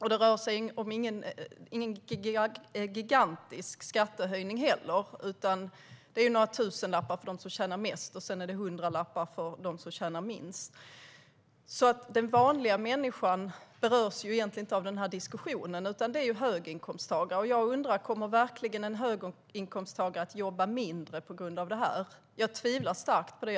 Det rör sig inte om någon gigantisk skattehöjning heller, utan det är några tusenlappar för dem som tjänar mest och hundralappar för dem som tjänar minst. Den vanliga människan berörs egentligen inte av den här diskussionen, utan det är fråga om höginkomsttagare. Kommer verkligen en höginkomsttagare att jobba mindre på grund av det här? Jag tvivlar starkt på det.